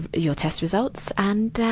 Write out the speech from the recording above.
your test results. and, ah,